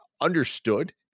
understood